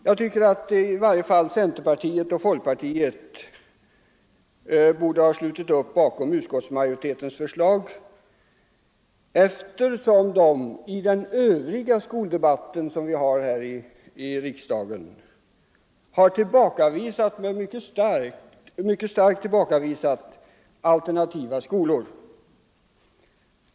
Jag tycker att i varje fall centerpartiet och folkpartiet borde ha slutit upp bakom utskottsmajoritetens förslag, eftersom de i den övriga skoldebatten här i riksdagen mycket bestämt tillbakavisat förslag om alternativa skolor.